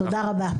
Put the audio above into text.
תודה רבה.